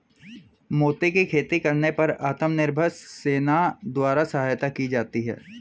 मोती की खेती करने पर आत्मनिर्भर सेना द्वारा सहायता की जाती है